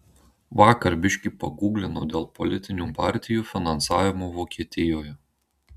vakar biški pagūglinau dėl politinių partijų finansavimo vokietijoje